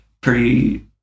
pretty-